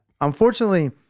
Unfortunately